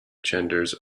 genders